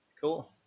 Cool